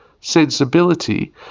sensibility